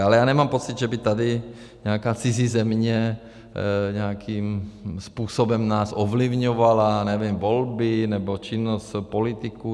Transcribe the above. Ale já nemám pocit, že by tady nějaká cizí země nějakým způsobem nás ovlivňovala, nevím, volby, nebo činnost politiků.